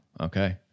Okay